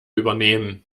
übernehmen